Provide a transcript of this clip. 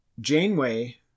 Janeway